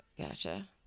Gotcha